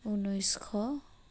ঊনৈছশ